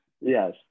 Yes